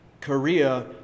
Korea